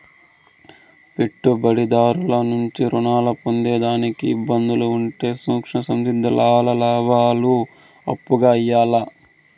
పెట్టుబడిదారుల నుంచి రుణాలు పొందేదానికి ఇబ్బందులు ఉంటే సూక్ష్మ సంస్థల్కి ఆల్ల లాబాలు అప్పుగా ఇయ్యాల్ల